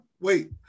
Wait